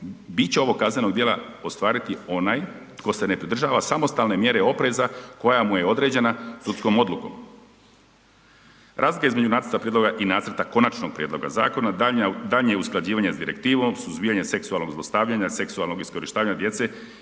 biće ovog kaznenog djela ostvariti onaj tko se ne pridržava samostalne mjere opreza koja mu je određena sudskom odlukom. Razlika između nacrta prijedloga i nacrta konačnog prijedloga zakona daljnje je usklađivanje s Direktivom suzbijanja seksualnog zlostavljanja, seksualnog iskorištavanja djece